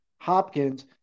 Hopkins